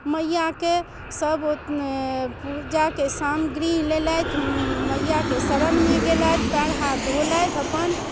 मइआके सब पूजाके सामग्री लेलथि मइआके शरणमे गेलथि पाएर हाथ धोलथि अपन